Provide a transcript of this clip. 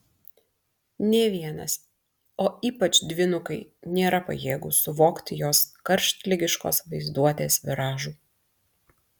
nė vienas o ypač dvynukai nėra pajėgūs suvokti jos karštligiškos vaizduotės viražų